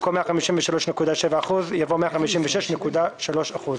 במקום "153.7%" יבוא "156.3%".